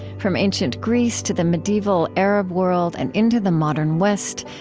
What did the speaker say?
from ancient greece to the medieval arab world and into the modern west,